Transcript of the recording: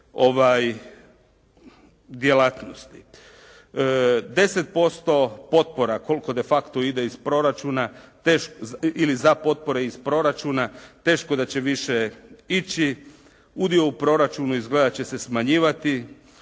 10% potpora koliko de facto ide iz proračuna ili za potpore iz proračuna, teško da će više ići. U dio u proračunu izgleda će se smanjivati.